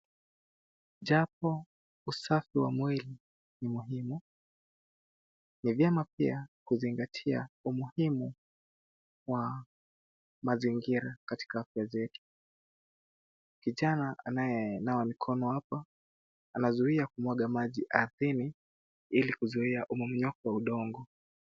Japo usafi wa mwili ni muhimu ni vyema pia kuzingatia umuhimu wa mazingira katika afya zetu . Kijana anayenawa mikono hapa anazuia kumwaga maji ardhini ili kuzuia mmomonyoko wa udongo.